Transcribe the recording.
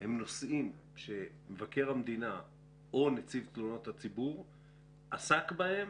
הם נושאים שמבקר המדינה שמבקר המדינה או נציב תלונות הציבור עסק בהן,